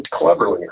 Cleverly